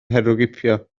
herwgipio